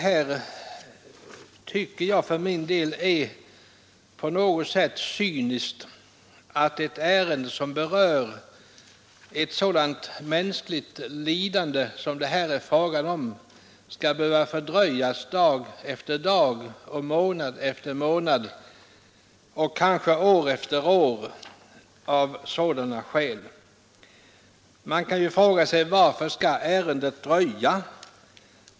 Jag tycker för min del att det på något sätt vittnar om cynism att ett ärende, som berör ett sådant mänskligt lidande, som det här är fråga om, av sådana skäl skall behöva fördröjas dag efter dag, månad efter månad, ja kanske år efter år. Man kan ju fråga sig: Varför skall ärendet fördröjas?